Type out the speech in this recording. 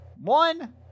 One